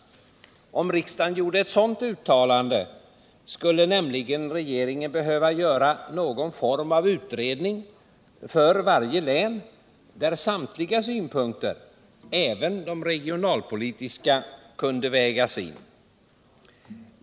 Om riksdagen gjorde ett sådant uttalande skulle nämligen regeringen behöva göra någon form av utredning för varje län där samtliga synpunkter, även de regionalpolitiska, kunde vägas in.